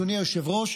אדוני היושב-ראש.